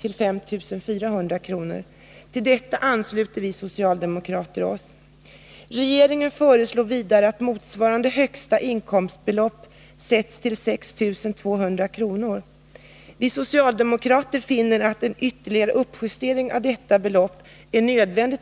till 5 400 kr. Till detta ansluter vi socialdemokrater oss. Regeringen föreslår vidare att motsvarande högsta inkomstbelopp vid 1982 års taxering sätts till 6 100 kr. Vi socialdemokrater finner att en ytterligare uppjustering av detta belopp är nödvändig.